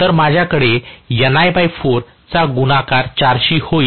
तर माझ्याकडे 4 चा गुणाकार 4 शी होईल कारण अशा 4 कॉइल आहेत